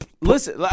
listen